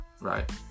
Right